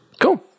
Cool